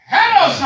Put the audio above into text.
Hello